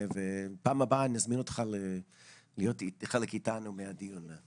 פעם הבאה נזמין אותך להיות חלק מאיתנו בדיון.